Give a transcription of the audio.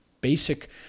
basic